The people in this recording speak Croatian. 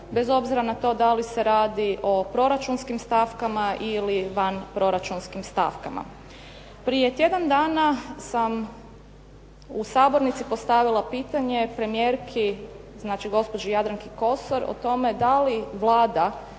bez obzira na to da li se radi o proračunskim stavkama ili vanproračunskim stavkama. Prije tjedan dana sam postavila pitanje premijerki, znači gospođi Jadranki Kosor o tome da li Vlada